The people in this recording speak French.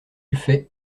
fait